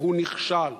והוא נכשל